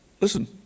Listen